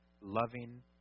loving